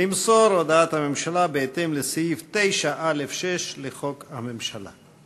למסור את הודעת הממשלה בהתאם לסעיף 9(א)(6) לחוק הממשלה.